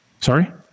Sorry